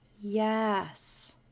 yes